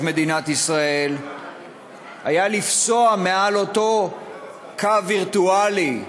מדינת ישראל היה לפסוע מעל אותו קו וירטואלי,